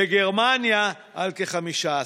וגרמניה, כ-15%.